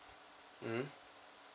mm